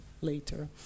later